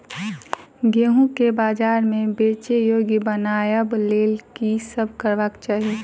गेंहूँ केँ बजार मे बेचै योग्य बनाबय लेल की सब करबाक चाहि?